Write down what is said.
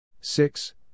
six